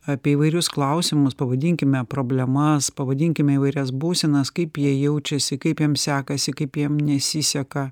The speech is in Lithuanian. apie įvairius klausimus pavadinkime problemas pavadinkime įvairias būsenas kaip jie jaučiasi kaip jiem sekasi kaip jiem nesiseka